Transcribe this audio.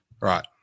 Right